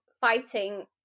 fighting